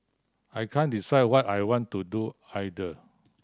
I can't decide what I want to do either